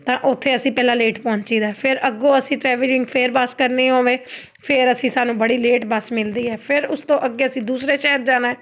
ਤਾਂ ਉੱਥੇ ਅਸੀਂ ਪਹਿਲਾਂ ਲੇਟ ਪਹੁੰਚੀਦਾ ਫਿਰ ਅੱਗੋਂ ਅਸੀਂ ਟਰੈਵਰਿੰਗ ਫਿਰ ਬਸ ਕਰਨੀ ਹੋਵੇ ਫਿਰ ਅਸੀਂ ਸਾਨੂੰ ਬੜੀ ਲੇਟ ਬਸ ਮਿਲਦੀ ਹੈ ਫਿਰ ਉਸ ਤੋਂ ਅੱਗੇ ਅਸੀਂ ਦੂਸਰੇ ਸ਼ਹਿਰ ਜਾਣਾ